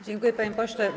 Dziękuję, panie pośle.